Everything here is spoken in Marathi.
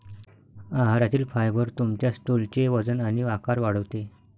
आहारातील फायबर तुमच्या स्टूलचे वजन आणि आकार वाढवते